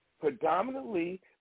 Predominantly